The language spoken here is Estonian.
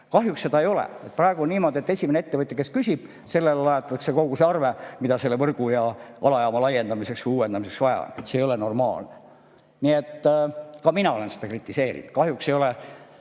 Kahjuks seda ei ole. Praegu on niimoodi, et esimesele ettevõtjale, kes küsib, lajatatakse kogu see arve, mida selle võrgu ja alajaama laiendamiseks-uuendamiseks vaja. See ei ole normaalne. Ka mina olen seda kritiseerinud. Ma tean, et see